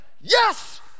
yes